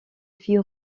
fit